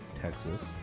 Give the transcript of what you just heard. Texas